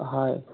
হয়